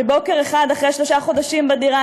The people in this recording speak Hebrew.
שבוקר אחד אחרי שלושה חודשים בדירה